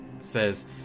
says